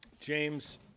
James